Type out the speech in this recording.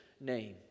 name